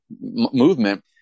movement